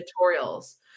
tutorials